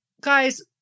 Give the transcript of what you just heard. guys